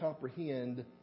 comprehend